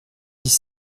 dix